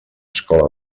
escola